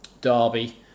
Derby